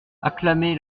acclamait